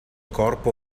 corpo